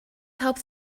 helps